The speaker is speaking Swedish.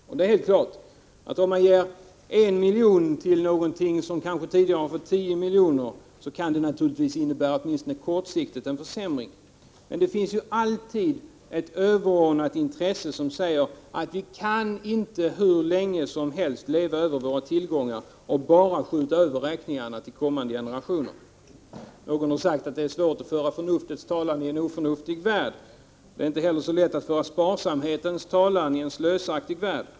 Om man ger 1 milj.kr. till någonting som kanske tidigare har fått 10 milj.kr., kan det naturligtvis åtminstone kortsiktigt innebära en försämring. Men det finns alltid ett överordnat intresse, som säger att vi inte kan hur länge som helst leva över våra tillgångar och bara skjuta över räkningarna på kommande generationer. Någon har sagt att det är svårt att föra förnuftets talan i en oförnuftig värld. Det är inte heller så lätt att föra sparsamhetens talan i en slösaktig värld!